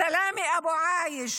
סלאמה אבו עאיש